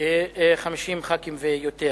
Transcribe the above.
50 חברי כנסת ויותר.